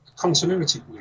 continuity